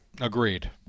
Agreed